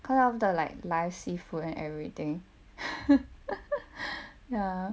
cause I wanted like live seafood and everything ya